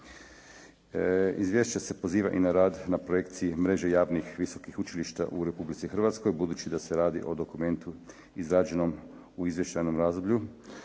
Izvješće se poziva i na rad na projekciji mraže javnih visokih učilišta u Republici Hrvatskoj budući da se radi o dokumentu izrađenom u izvještajnom razdoblju